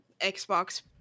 Xbox